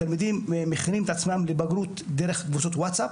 תלמידים מכינים את עצמם לבגרות דרך קבוצות וואטסאפ.